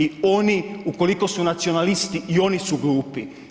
I oni ukoliko su nacionalisti, i oni su glupi.